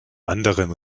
anderen